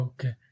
Okay